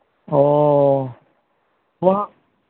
ᱚ ᱱᱚᱣᱟ